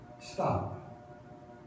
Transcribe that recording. stop